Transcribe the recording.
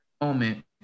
moment